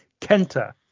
kenta